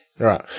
Right